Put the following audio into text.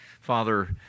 Father